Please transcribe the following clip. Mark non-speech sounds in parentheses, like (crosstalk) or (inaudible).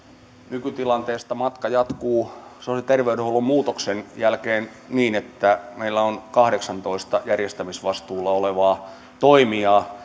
nykytilanteesta matka jatkuu sosiaali ja terveydenhuollon muutoksen jälkeen niin että meillä on kahdeksallatoista järjestämisvastuulla olevaa toimijaa (unintelligible)